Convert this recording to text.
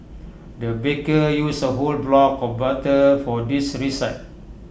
the baker used A whole block of butter for this recipe